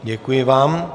Děkuji vám.